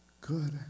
good